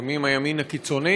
לפעמים הימין הקיצוני,